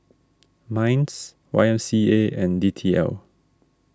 Minds Y M C A and D T L